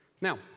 Now